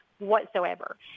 whatsoever